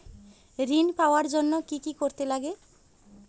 ঋণ পাওয়ার জন্য কি কি করতে লাগে?